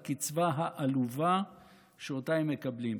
הקצבה העלובה שאותה הם מקבלים.